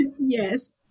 Yes